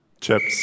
Chips